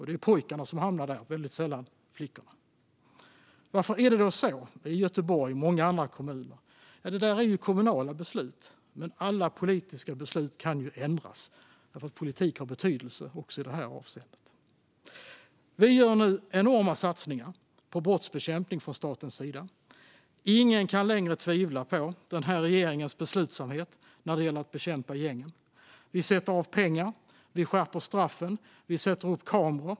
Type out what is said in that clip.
Det är pojkarna som hamnar där; det är väldigt sällan flickor. Varför är det då så i Göteborg och i många andra kommuner? Detta är kommunala beslut, men alla politiska beslut kan ju ändras. Politik har betydelse också i detta avseende. Vi gör nu enorma satsningar på brottsbekämpning från statens sida. Ingen kan längre tvivla på den här regeringens beslutsamhet när det gäller att bekämpa gängen. Vi sätter av pengar. Vi skärper straffen. Vi sätter upp kameror.